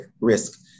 risk